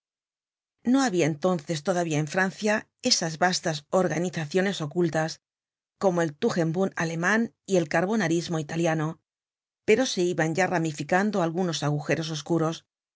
no habia entonces todavía en francia esas vastas organizaciones ocultas como el tugenbund aleman y el carbonarismo italiano pero se iban ya ramifieando algunos agujeros oscuros